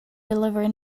deliver